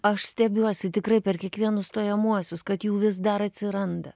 aš stebiuosi tikrai per kiekvienus stojamuosius kad jų vis dar atsiranda